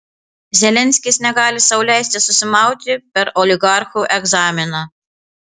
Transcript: zelenskis negali sau leisti susimauti per oligarchų egzaminą